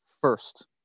first